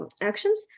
actions